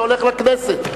זה הולך לוועדת הכנסת,